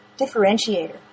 differentiator